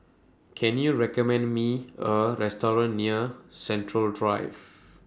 Can YOU recommend Me A Restaurant near Central Drive